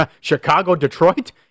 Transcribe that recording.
Chicago-Detroit